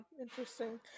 interesting